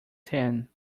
tan